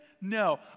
No